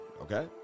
Okay